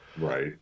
Right